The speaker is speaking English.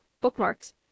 bookmarks